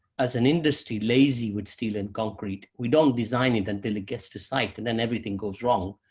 as an industry, lazy with steel and concrete. we don't design it until it gets to site, and then everything goes wrong,